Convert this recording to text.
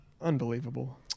Unbelievable